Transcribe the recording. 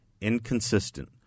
inconsistent